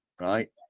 right